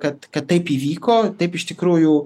kad kad taip įvyko taip iš tikrųjų